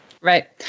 Right